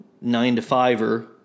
nine-to-fiver